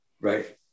Right